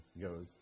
goes